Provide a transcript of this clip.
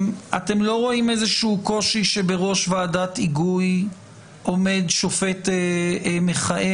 אתם לא רואים איזשהו קושי שבראש ועדת היגוי עומד שופט מכהן?